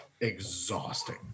exhausting